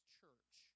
church